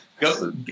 go